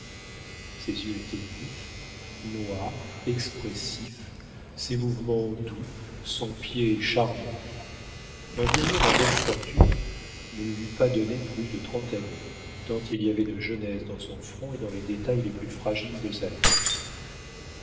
ses yeux étaient vifs noirs expressifs ses mouvements doux son pied charmant un vieil homme à bonnes fortunes ne lui eût pas donné plus de trente années tant il y avait de jeunesse dans son front et dans les détails les plus fragiles de sa tête